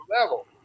level